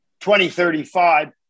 2035